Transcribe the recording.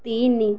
ତିନି